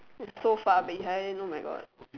we're so far behind oh-my-god